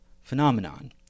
phenomenon